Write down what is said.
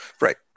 Right